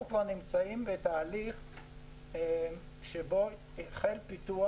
אנחנו כבר נמצאים בתהליך שבו החל פיתוח